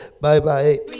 Bye-bye